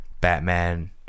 Batman